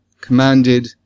commanded